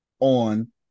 on